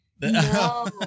No